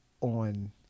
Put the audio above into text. on